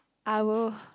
I will